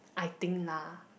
I think lah